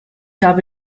habe